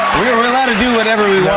we're allowed to do whatever we